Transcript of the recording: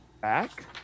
back –